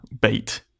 bait